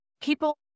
people